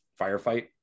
Firefight